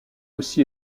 aussi